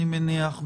אני מניח,